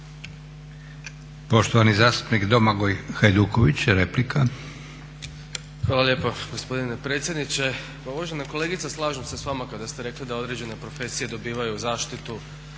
Poštovani zastupnik Domagoj Hajduković, replika. **Hajduković, Domagoj (SDP)** Hvala lijepa gospodine predsjedniče. Pa uvažena kolegice slažem se s vama kada ste rekli da određene profesije dobivaju zaštitu,